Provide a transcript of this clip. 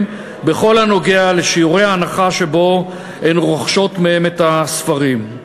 בכל הנוגע לשיעורי ההנחה שבהם הן רוכשות מהם את הספרים.